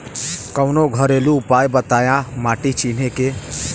कवनो घरेलू उपाय बताया माटी चिन्हे के?